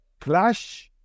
clash